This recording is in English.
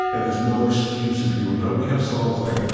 and there's no excuse if you are not. we have songs like